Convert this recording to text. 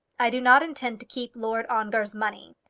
i do not intend to keep lord ongar's money.